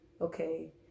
okay